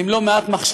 אז עם לא מעט המחשבה,